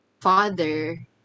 father